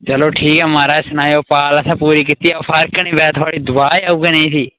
चलो ठीक ऐ महाराज सनाओ भाल असें पूरी कीती होर फर्क नि पेआ थोआढ़ी दोआ गै उ'ऐ नेही ही